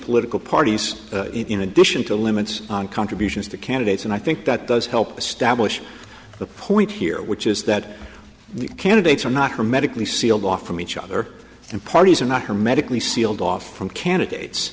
political parties in addition to limits on contributions to candidates and i think that does help establish the point here which is that the candidates are not hermetically sealed off from each other and parties are not hermetically sealed off from candidates